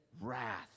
wrath